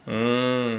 mm